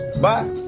Bye